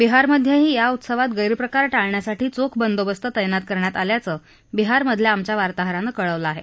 बिहारमध्येही या उत्सवात गैरप्रकार टाळण्यासाठी चोख बंदोबस्त तैनात करण्यात आल्याचं बिहारमधल्या आमच्या वार्ताहरानं कळवलं आहे